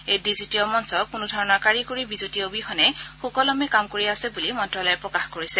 এই ডিজিটীয় মঞ্চত কোনো ধৰণৰ কাৰিকৰী বিজুতি অবিহনে সুকলমে কাম কৰি আছে বুলি মন্ত্যালয়ে প্ৰকাশ কৰিছে